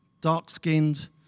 dark-skinned